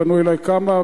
פנו אלי כמה,